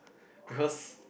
cause